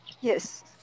Yes